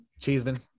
Cheeseman